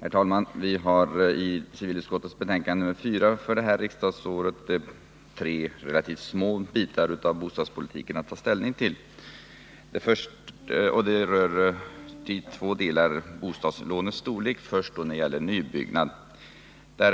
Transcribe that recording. Herr talman! Vi har i civilutskottets betänkande nr 4 för detta riksdagsår tre relativt små bitar av bostadspolitiken att ta ställning till. Det rör i två avseenden bostadslånens storlek. Först gäller det nybyggnad. Där